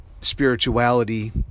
spirituality